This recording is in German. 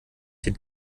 den